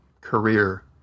career